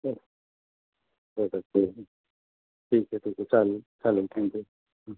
बर ठीक आहे ठीक आहे ठीक आहे चालेल चालेल थँक् यू हं